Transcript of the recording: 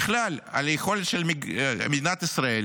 ובכלל על היכולת של מדינת ישראל